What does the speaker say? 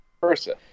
versa